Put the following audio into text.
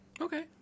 Okay